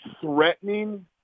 threatening